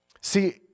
See